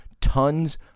tons